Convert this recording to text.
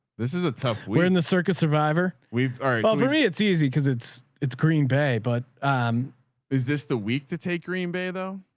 this is a tough we're in the circus survivor. we've already ah for me. it's easy. cause it's it's green bay, but um is this the week to take green bay though?